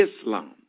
Islam